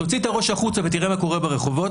תוציא את הראש החוצה ותראה מה קורה ברחובות.